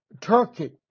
Turkey